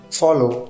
follow